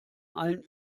allen